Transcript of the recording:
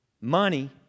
money